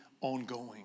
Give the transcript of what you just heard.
ongoing